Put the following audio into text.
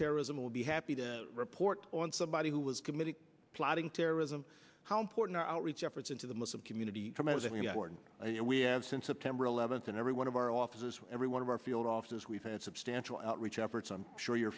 terrorism will be happy to report on somebody who was committed plotting terrorism how important our outreach efforts into the muslim community you know we have since september eleventh and every one of our offices every one of our field offices we've had substantial outreach efforts i'm sure you're